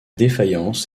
défaillance